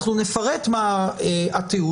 אנחנו נפרט מה התיעוד.